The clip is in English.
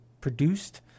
produced